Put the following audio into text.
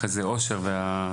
אחריו יתייחסו שאר המציעים,